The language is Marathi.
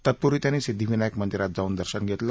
तत्पूर्वी त्यांनी सिद्दीविनायक मंदिरात जाऊन दर्शन घेतलं